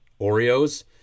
oreos